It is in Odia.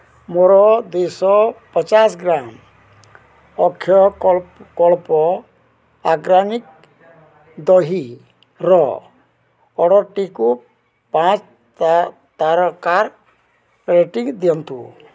ମୋର ଦୁଇଶହ ପଚାଶ ଗ୍ରାମ୍ ଅକ୍ଷୟ କଳ୍ପ ଆର୍ଗାନିକ୍ ଦହିର ଅର୍ଡ଼ର୍ଟିକୁ ପାଞ୍ଚ ତାରକାର ରେଟିଂ ଦିଅନ୍ତୁ